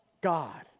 God